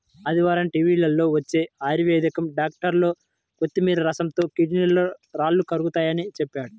ఆదివారం టీవీలో వచ్చే ఆయుర్వేదం డాక్టర్ కొత్తిమీర రసంతో కిడ్నీలో రాళ్లు కరుగతాయని చెప్పాడు